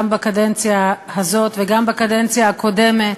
גם בקדנציה הזאת וגם בקדנציה הקודמת,